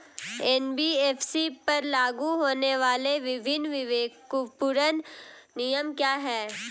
NBFC पर लागू होने वाले विभिन्न विवेकपूर्ण नियम क्या हैं?